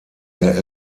der